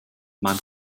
man